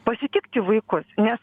pasitikti vaikus nes